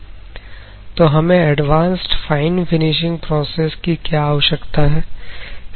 तो हमें advanced fine finishing process की क्या आवश्यकता है